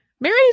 Mary